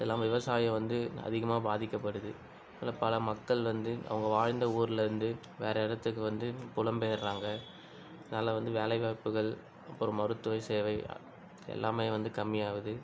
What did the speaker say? அதுல்லாமல் விவசாயம் வந்து அதிகமாக பாதிக்கப்படுது இதில் பல மக்கள் வந்து அவங்க வாழ்ந்த ஊருலேருந்து வேறு இடத்துக்கு வந்து புலம் பெயர்றாங்க இதனால் வந்து வேலைவாய்ப்புகள் அப்புறம் மருத்துவ சேவை எல்லாமே வந்து கம்மியாவுது